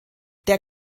der